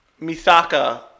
Misaka